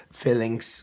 feelings